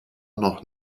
noch